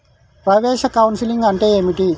ప్రవేశ కౌన్సెలింగ్ అంటే ఏమిటి?